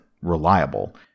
reliable